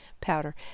powder